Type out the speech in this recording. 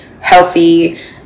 healthy